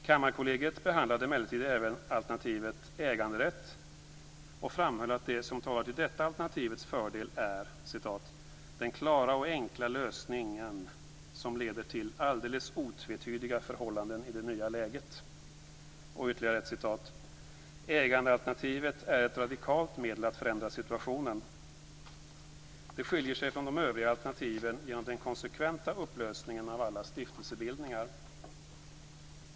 Kammarkollegiet behandlade emellertid även alternativet äganderätt och framhöll att det som talar till detta alternativs fördel är "den klara och enkla lösningen som leder till alldeles otvetydiga förhållanden i det nya läget". Ytterligare ett citat från Kammarkollegiets utredning: "Ägandealternativet är ett radikalt medel att förändra situationen. Det skiljer sig från de övriga alternativen genom den konsekventa upplösningen av alla stiftelsebildningar.